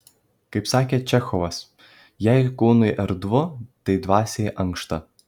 kaip sakė čechovas jei kūnui erdvu tai dvasiai ankšta